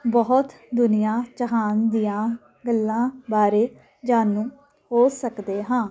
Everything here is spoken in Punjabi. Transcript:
ਬਹੁਤ ਦੁਨੀਆ ਜਹਾਨ ਦੀਆਂ ਗੱਲਾਂ ਬਾਰੇ ਜਾਣੂ ਹੋ ਸਕਦੇ ਹਾਂ